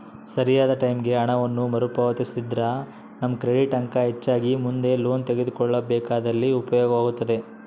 ಸರಿಯಾದ ಟೈಮಿಗೆ ಹಣವನ್ನು ಮರುಪಾವತಿಸಿದ್ರ ನಮ್ಮ ಕ್ರೆಡಿಟ್ ಅಂಕ ಹೆಚ್ಚಾಗಿ ಮುಂದೆ ಲೋನ್ ತೆಗೆದುಕೊಳ್ಳಬೇಕಾದಲ್ಲಿ ಉಪಯೋಗವಾಗುತ್ತದೆ